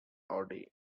audi